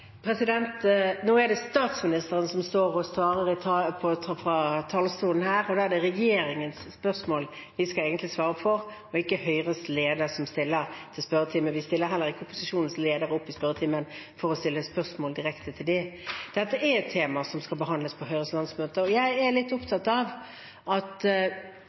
Nå er det statsministeren som står og svarer på talerstolen her, og det er spørsmål til regjeringen vi egentlig skal svare på. Det er ikke Høyres leder som stiller til spørretimen. Vi lar heller ikke opposisjonens ledere stille opp i spørretimen for at det skal kunne stilles spørsmål direkte til dem. Dette er et tema som skal behandles på Høyres landsmøte, og jeg er litt opptatt av at